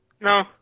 No